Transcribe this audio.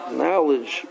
knowledge